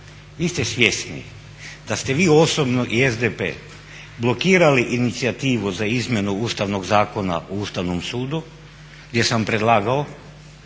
Vi ste svjesni da ste vi osobno i SDP blokirali inicijativu za izmjenu Ustavnog zakona o Ustavnom sudu gdje sam predlagao